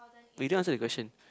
but you didn't answer the question